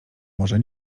może